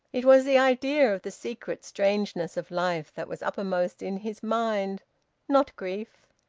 it was the idea of the secret strangeness of life that was uppermost in his mind not grief,